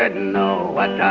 and know what